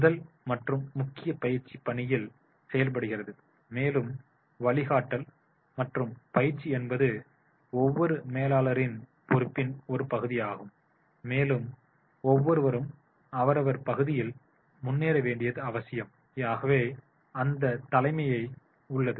முதல் மற்றும் முக்கிய பயிற்சி பணியில் செய்யப்படுகிறது மேலும் வழிகாட்டல் மற்றும் பயிற்சி என்பது ஒவ்வொரு மேலாளரின் பொறுப்பின் ஒரு பகுதியாகும் மேலும் ஒவ்வொருவரும் அவரவர் பதவியில் முன்னேற வேண்டியது அவசியம் ஆகவே அந்தத் தலைமையே உள்ளது